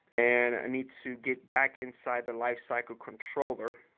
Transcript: and i need to get back inside the lifecycle controller,